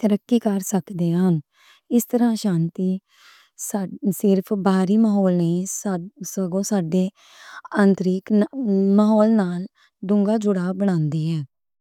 ترقی کر سکدے ہن۔ اس طرح شانتی صرف باہری ماحول نہیں، سگو ساڈے اندرونی ماحول نال ڈُنگا جُڑاؤ بناؤن دی ہے۔